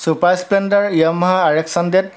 super splendour Yamaha RX hundred